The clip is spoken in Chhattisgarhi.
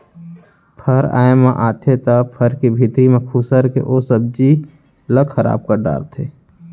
फर आए म आथे त फर के भीतरी म खुसर के ओ सब्जी ल खराब कर डारथे